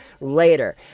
later